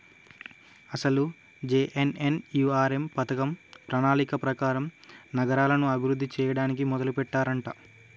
అసలు జె.ఎన్.ఎన్.యు.ఆర్.ఎం పథకం ప్రణాళిక ప్రకారం నగరాలను అభివృద్ధి చేయడానికి మొదలెట్టారంట